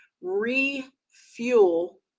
refuel